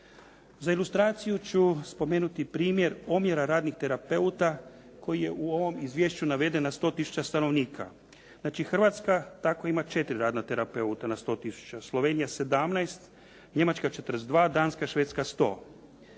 Za ilustraciju ću spomenuti primjer omjera radnih terapeuta koji je u ovom izvješću naveden na 100 tisuća stanovnika. Znači Hrvatska tako ima 4 radna terapeuta na 100 tisuća, Slovenija 17, Njemačka 42, Danska, Švedska 100.